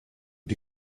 die